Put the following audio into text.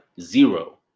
Zero